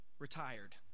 retired